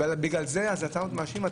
ועל זה אתה מאשים?